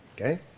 Okay